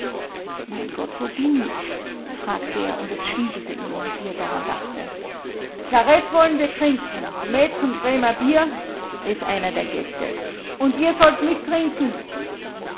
mein gott wo bin ich fragte er und es schwindelte ihm wie er daran dachte klaret wollen wir trinken met und bremer bier rief einer der gäste und ihr sollt mittrinken